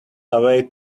away